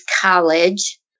college